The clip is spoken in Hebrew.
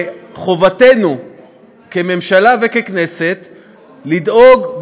חובתנו כממשלה וככנסת לדאוג,